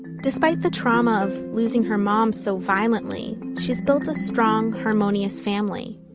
despite the trauma of losing her mom so violently, she's built a strong, harmonious family.